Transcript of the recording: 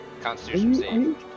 Constitution